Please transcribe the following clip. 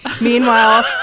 meanwhile